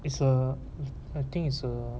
it's a I think it's a